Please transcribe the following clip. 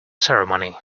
ceremony